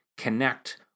connect